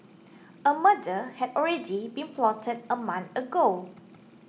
a murder had already been plotted a month ago